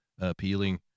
appealing